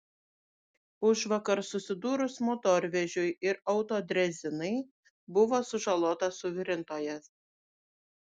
užvakar susidūrus motorvežiui ir autodrezinai buvo sužalotas suvirintojas